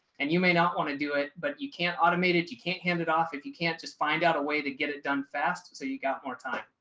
and you may not want to do it, but you can't automate it, you can't hand it off if you can't just find out a way to get it done fast. so you got more time.